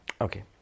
Okay